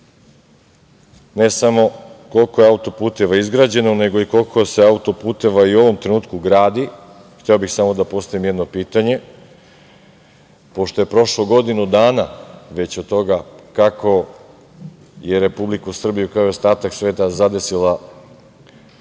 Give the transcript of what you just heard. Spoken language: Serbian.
ne samo koliko je autoputeva izgrađeno, nego koliko se autoputeva i u ovom trenutku gradi, hteo bih samo da postavim jedno pitanje, pošto je prošlo godinu dana već od toga kako je Republiku Srbiju, kao i ostatak sveta zadesila